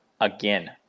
again